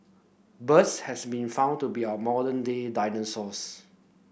birds has been found to be our modern day dinosaurs